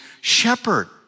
shepherd